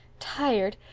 tired!